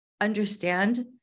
understand